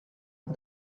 and